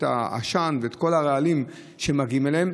את העשן ואת כל הרעלים שמגיעים אליהם.